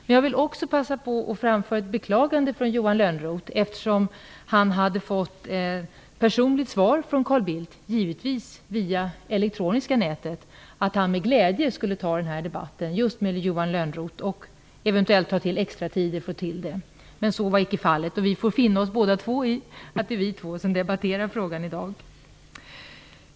Men jag vill också passa på att framföra ett beklagande från Johan Lönnroth, eftersom denne hade fått personligt svar från Carl Bildt -- givetvis via det elektroniska nätet -- att han med glädje skulle ta denna debatt just med Johan Lönnroth och eventuellt ta i anspråk extratid för att få den till stånd. Så blev dock inte fallet, och vi får båda finna oss i att det är vi som debatterar frågan i dag.